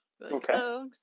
Okay